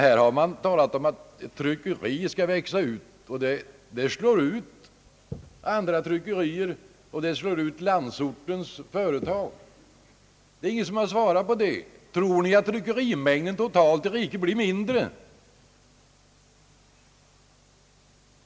Här har man talat om att tryckeriet skall växa ut och bli så stort att det kommer att slå ut andra tryckerier framför allt i landsorten. Det är ingen som har svarat på detta. Tror ni att tryckerimängden i riket totalt blir mindre?